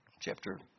chapter